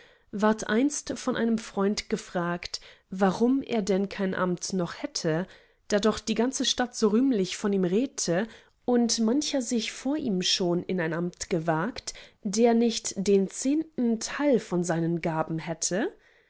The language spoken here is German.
ward einst von einem freund gefragt warum er denn kein amt noch hätte da doch die ganze stadt so rühmlich von ihm redte und mancher sich vor ihm schon in ein amt gewagt der nicht den zehnten teil von seinen gaben hätte